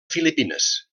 filipines